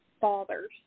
father's